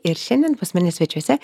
ir šiandien pas mane svečiuose